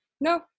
no